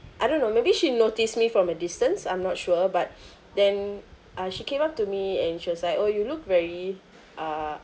I don't know maybe she noticed me from a distance I'm not sure but then uh she came up to me and she was like oh you look very uh